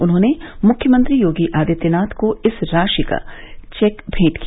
उन्होंने मुख्यमंत्री योगी आदित्यनाथ को इस राशि का चेक भेंट किया